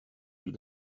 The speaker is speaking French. elle